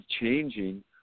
changing